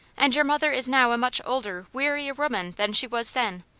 and your mother is now a much older, wearier woman than she was then,